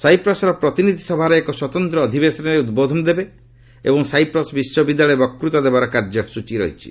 ସାଇପ୍ରସ୍ର ପ୍ରତିନିଧି ସଭାର ଏକ ସ୍ୱତନ୍ତ୍ର ଅଧିବେଶନରେ ଉଦ୍ବୋଧନ ଦେବେ ଏବଂ ସାଇପ୍ରସ୍ ବିଶ୍ୱବିଦ୍ୟାଳୟରେ ବକ୍ତ୍ତା ଦେବାର କାର୍ଯ୍ୟସ୍ଟଚୀ ରହିଛି